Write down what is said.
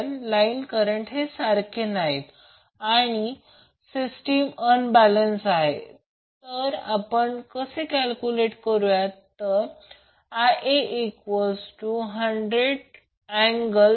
कारण line current हे सारखे नाहीत आणि ही सिस्टीम अनबॅलेन्स आहे तर आपण असे कॅल्क्युलेट करूया Ia100∠0°156